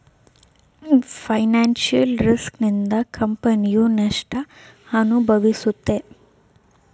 financial risk ನಿಂದ ಕಂಪನಿಯು ನಷ್ಟ ಅನುಭವಿಸುತ್ತೆ